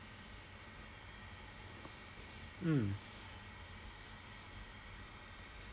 mm